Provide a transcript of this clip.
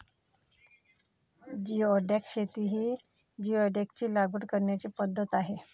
geoduck शेती ही जिओडॅकची लागवड करण्याची पद्धत आहे